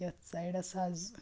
یتھ سایڈس حظ